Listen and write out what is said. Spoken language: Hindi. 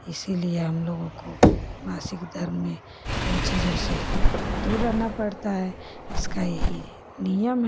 इसलिए हम लोगो को मासिक धर्म में इन चीज़ों से दूर रहना पड़ता है इसका यही नियम है